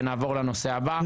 ונעבור לנושא הבא.